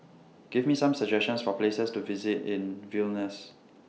Give Me Some suggestions For Places to visit in Vilnius